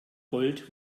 gold